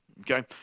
Okay